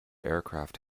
aircraft